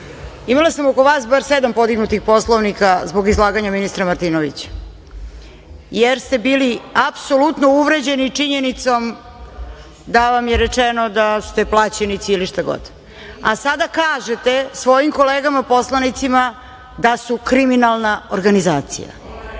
Imala sam oko vas bar sedam podignutih Poslovnika zbog izlaganja ministra Martinovića, jer ste bili apsolutno uvređeni činjenicom da vam je rečeno da ste plaćenici ili šta god. A sada kažete svojim kolegama poslanicima - da su kriminalna organizacija.